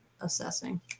assessing